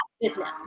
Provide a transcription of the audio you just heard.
business